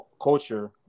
culture